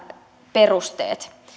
perusteet